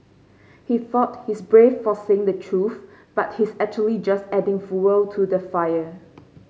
he thought he's brave for saying the truth but he's actually just adding fuel to the fire